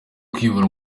kwibuka